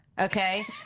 Okay